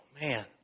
man